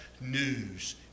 news